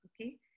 okay